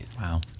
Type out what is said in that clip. Wow